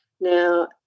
Now